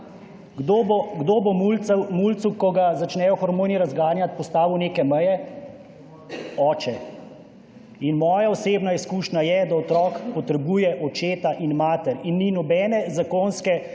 kdo bo mulcu, ko ga začnejo razganjati hormoni, postavil neke meje? Oče. In moja osebna izkušnja je, da otrok potrebuje očeta in mater in ni nobene zakonske postavke,